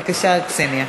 בבקשה, קסניה.